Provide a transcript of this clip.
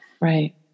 right